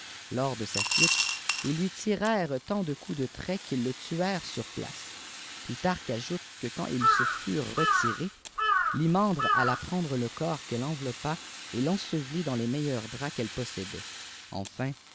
lors de sa fuite ils lui tirèrent tant de coups de traits qu'ils le tuèrent sur place plutarque ajoute me cpiand ils se furent retirés lymandre alla prendirc le corps qu'elle enveloppa et fensevelit dansles meilleurs draps qu'elle possédait enfin